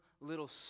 little